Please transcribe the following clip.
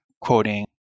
quoting